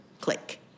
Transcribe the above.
click